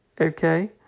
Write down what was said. Okay